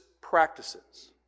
practices